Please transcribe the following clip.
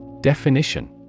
Definition